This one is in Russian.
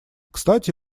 кстати